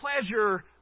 pleasure